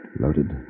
Loaded